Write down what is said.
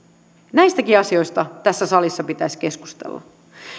näistäkin asioista tässä salissa pitäisi keskustella